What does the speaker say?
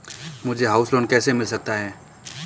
मुझे house loan कैसे मिल सकता है?